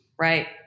Right